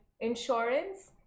insurance